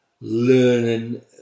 learning